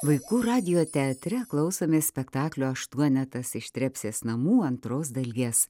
vaikų radijo teatre klausomės spektaklio aštuonetas iš trepsės namų antros dalies